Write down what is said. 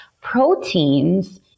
protein's